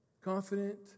Confident